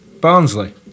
Barnsley